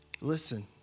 Listen